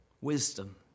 Wisdom